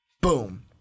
boom